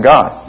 God